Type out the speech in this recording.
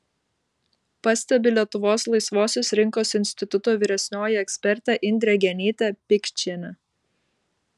pastebi lietuvos laisvosios rinkos instituto vyresnioji ekspertė indrė genytė pikčienė